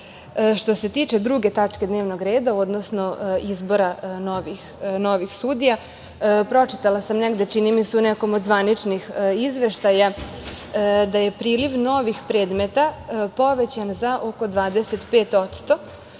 se tiče druge tačke dnevnog reda, odnosno izbora novih sudija, pročitala sam negde, čini mi se, u nekom od zvaničnih izveštaja, da je priliv novih predmeta povećan za oko 25%, dok